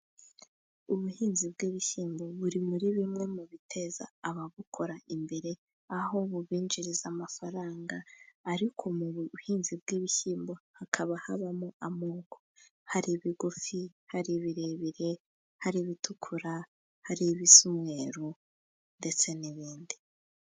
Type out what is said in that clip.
Ubuhinzi bw'ibishyimbo buri muri bimwe mu biteza ababukora imbere, aho bubinjiriza amafaranga. Ariko mu buhinzi bw'ibishyimbo hakaba habamo amoko, hari ibigufi, hari ibirebire, hari ibitukura, hari ibisa umweru ndetse n'ibindi.